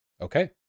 Okay